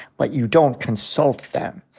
but you don't consult them.